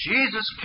Jesus